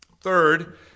Third